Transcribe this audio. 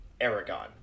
Aragon